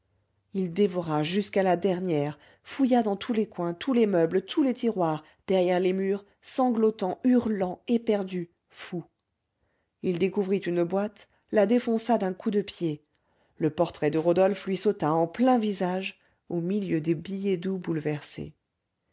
il dévora jusqu'à la dernière fouilla dans tous les coins tous les meubles tous les tiroirs derrière les murs sanglotant hurlant éperdu fou il découvrit une boîte la défonça d'un coup de pied le portrait de rodolphe lui sauta en plein visage au milieu des billets doux bouleversés